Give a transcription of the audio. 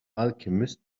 alchemist